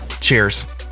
Cheers